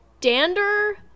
dander